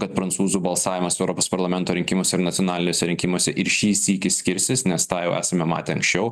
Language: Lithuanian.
kad prancūzų balsavimas europos parlamento rinkimuose ir nacionaliniuose rinkimuose ir šį sykį skirsis nes tą jau esame matę anksčiau